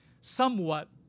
somewhat